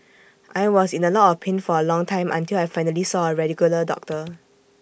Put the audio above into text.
I was in A lot of pain for A long time until I finally saw A regular doctor